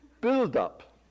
build-up